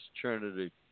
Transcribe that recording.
Trinity